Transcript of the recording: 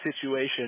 situation